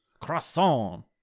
Croissant